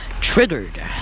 triggered